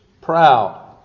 proud